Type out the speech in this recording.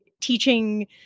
teaching